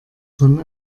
von